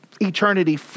Eternity